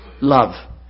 love